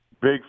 Big